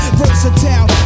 versatile